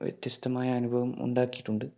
വ്യത്യസ്തമായ അനുഭവം ഉണ്ടാക്കിയിട്ടുണ്ട്